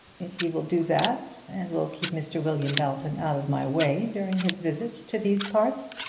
if you will do that, and will keep mr. william belton out of my way during his visit to these parts,